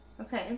Okay